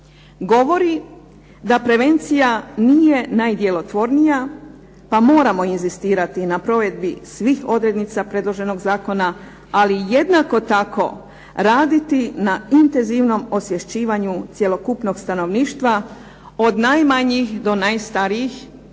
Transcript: govori da prevencija nije najdjelotvornija pa moramo inzistirati na provedbi svih odrednica predloženog zakona, ali jednako tako raditi na intenzivnom osvješćivanju cjelokupnog stanovništva od najmanjih do najstarijih, kakao